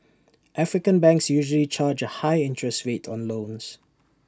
African banks usually charge A high interest rate on loans